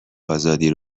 آزادی